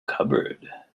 cupboard